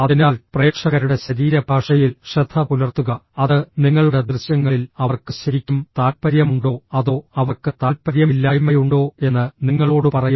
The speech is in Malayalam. അതിനാൽ പ്രേക്ഷകരുടെ ശരീരഭാഷയിൽ ശ്രദ്ധ പുലർത്തുക അത് നിങ്ങളുടെ ദൃശ്യങ്ങളിൽ അവർക്ക് ശരിക്കും താൽപ്പര്യമുണ്ടോ അതോ അവർക്ക് താൽപ്പര്യമില്ലായ്മയുണ്ടോ എന്ന് നിങ്ങളോട് പറയും